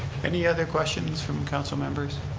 any other questions from council members?